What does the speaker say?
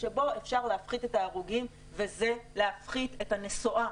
שבו אפשר להפחית את ההרוגים וזה להפחית את הנסועה,